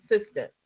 assistant